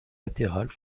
latérales